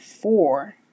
four